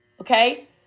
okay